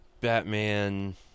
Batman